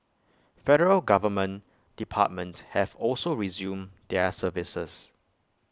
federal government departments have also resumed their services